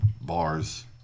bars